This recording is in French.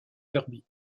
kirby